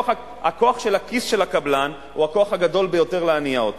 הכוח של הכיס של הקבלן הוא הכוח הגדול ביותר להניע אותו.